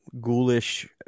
ghoulish